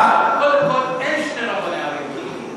קודם כול, אין שני רבני ערים במודיעין.